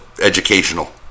educational